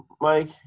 Mike